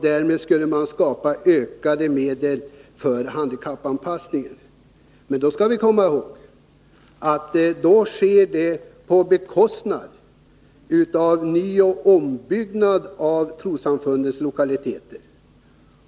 Därmed skulle man få ökade medel för handikappanpassningen. Men då skall vi komma ihåg att det sker på bekostnad av nyoch ombyggnad av trossamfundens lokaliteter.